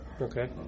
Okay